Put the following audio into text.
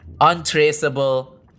untraceable